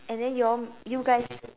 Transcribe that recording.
and then you all you guys